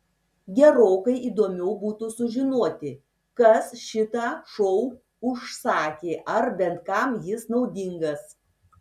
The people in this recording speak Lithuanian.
gerokai įdomiau būtų sužinoti kas šitą šou užsakė ar bent kam jis naudingas